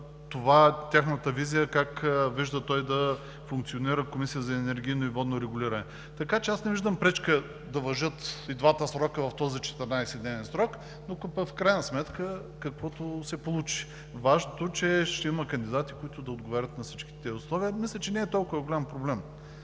стаж и тяхната визия как виждат да функционира Комисията за енергийно и водно регулиране. Така че аз не виждам пречка да важат и двата срока в този 14-дневен срок, но в крайна сметка, каквото се получи. Важното е, че ще има кандидати, които да отговарят на всички тези условия. Мисля, че не е толкова голям проблемът.